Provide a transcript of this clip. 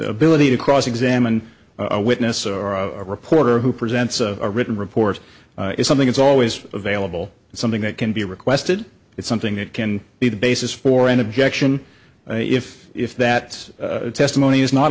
ability to cross examine a witness or a reporter who presents a written report is something it's always available and something that can be requested it's something that can be the basis for an objection if if that testimony is not